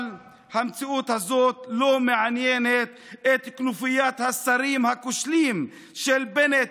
אבל המציאות הזאת לא מעניינת את כנופיית השרים הכושלים בנט,